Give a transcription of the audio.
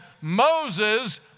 Moses